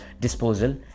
disposal